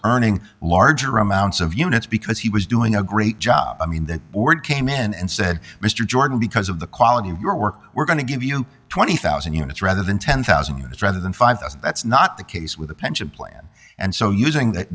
earning larger amounts of units because he was doing a great job i mean that order came in and said mr jordan because of the quality of your work we're going to give you twenty thousand units rather than ten thousand years rather than five thousand that's not the case with a pension plan and so using that